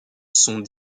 sont